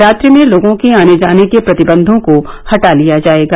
रात्रि में लोगों के आने जाने के प्रतिबंधों को हटा लिया जाएगा